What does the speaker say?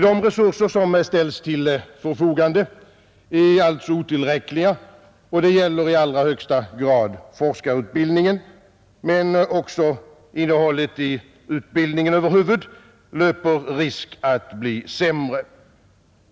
De resurser som ställs till förfogande är alltså otillräckliga, och det gäller i allra högsta grad forskarutbildningen, men också innehållet i utbildningen över huvud löper risk att bli sämre.